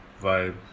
vibe